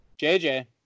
jj